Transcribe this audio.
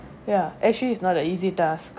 ya actually it's not an easy task